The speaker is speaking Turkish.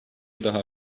daha